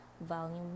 volume